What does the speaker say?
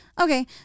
Okay